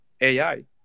AI